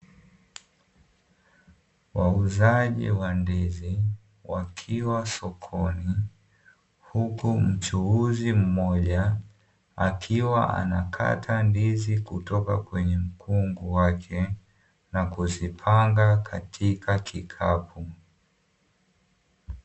Wauzaji wa ndizi wakiwa sokoni, huku mchuuzi mmoja akiwa anakata ndizi kutoka kwenye mkungu wake, na kuzipanga katika kikapu.